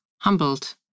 humbled